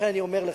לכן אני אומר לך,